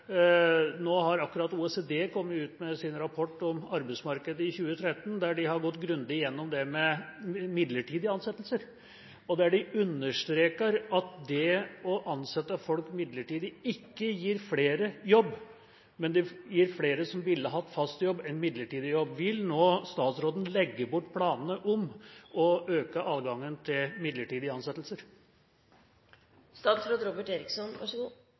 nå har OECD akkurat kommet ut med sin rapport om arbeidsmarkedet i 2013, der de har gått grundig gjennom dette med midlertidige ansettelser. Der understreker de at det å ansette folk midlertidig, ikke gir flere jobb, men det gir flere, som ville hatt fast jobb, en midlertidig jobb. Vil nå statsråden legge bort planene om å øke adgangen til midlertidige